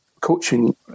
coaching